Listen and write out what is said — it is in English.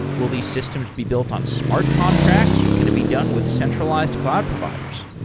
will these systems be built on smart contracts or can it be done with centralized cloud providers?